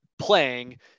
playing